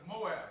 Moab